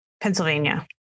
Pennsylvania